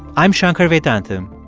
i'm shankar vedantam,